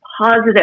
positive